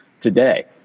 today